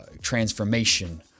transformation